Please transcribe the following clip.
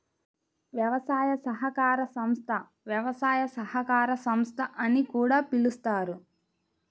వ్యవసాయ సహకార సంస్థ, వ్యవసాయ సహకార సంస్థ అని కూడా పిలుస్తారు